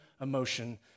emotion